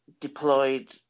deployed